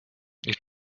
ich